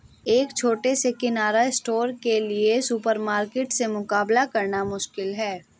एक छोटे से किराना स्टोर के लिए सुपरमार्केट से मुकाबला करना मुश्किल है